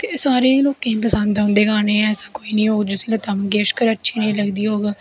ते सारें लोकें गी पसंद औंदे गानें ऐसा कोई नी होग जिसी लता मंगेशकर अच्छी नेंई लगदी होग